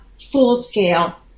full-scale